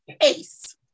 Ace